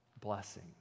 blessing